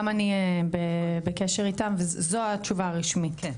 גם אני בקשר איתם וזו התשובה הרשמית,